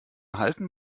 halten